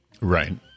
Right